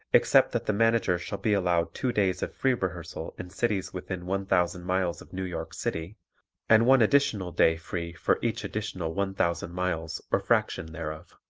except that the manager shall be allowed two days of free rehearsal in cities within one thousand miles of new york city and one additional day free for each additional one thousand miles or fraction thereof.